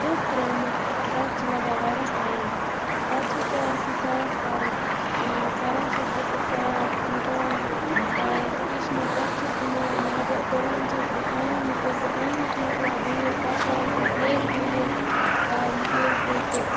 ژوٚٹ ترٛٲومٕژ تَتہِ چھُ لگان واریاہ ٹایم پَتہٕ چھَس بہٕ پیٚوان سُہ صاف کَرُن یِم کران چھَس بہٕ سُہ صاف مۄکلاوان کِچنہٕ پَتہٕ چھَس بہٕ نیران نیٚبر ڈُوان چھَس بہٕ آنٛگنَس ییٚلہِ بہٕ آنٛگنَس مۄکلاوٕ ڈُوِتھ پَتہٕ والہٕ بہٕ ہٮ۪رِ ڈُوِتھ ییٚلہِ بہٕ سُہ